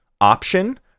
option